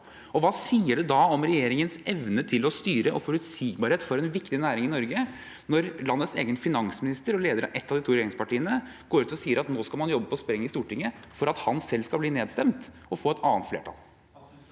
nå. Hva sier det om regjeringens evne til å styre og forutsigbarhet for en viktig næring i Norge når landets egen finansminister og lederen av et av de to regjeringspartiene går ut og sier at man nå skal jobbe på spreng i Stortinget for at han selv skal bli nedstemt og få et annet flertall?